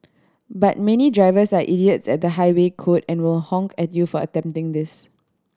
but many drivers are idiots at the highway code and will honk at you for attempting this